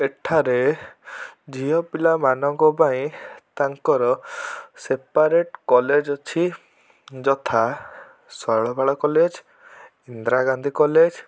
ଏଠାରେ ଝିଅ ପିଲାମାନଙ୍କ ପାଇଁ ତାଙ୍କର ସେପାରେଟ୍ କଲେଜ୍ ଅଛି ଯଥା ଶୈଳବାଳା କଲେଜ୍ ଇନ୍ଦିରା ଗାନ୍ଧୀ କଲେଜ୍